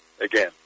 again